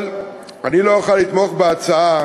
אבל אני לא אוכל לתמוך בהצעה